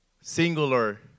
singular